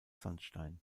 sandstein